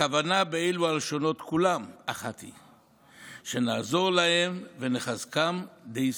הכוונה בלשונות האלו כולן אחת היא: שנעזור להם ונחזקם די סיפוקם.